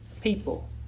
people